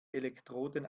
elektroden